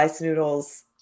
Noodles